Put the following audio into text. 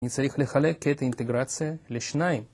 נצטרך לחלק את האינטגרציה לשניים.